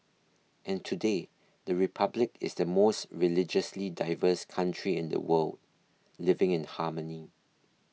and today the Republic is the most religiously diverse country in the world living in harmony